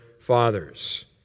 fathers